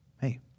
hey